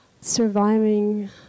surviving